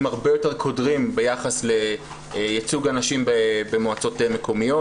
הרבה יותר קודרים ביחס לייצוג הנשים במועצות מקומיות.